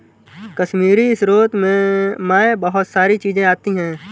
कश्मीरी स्रोत मैं बहुत सारी चीजें आती है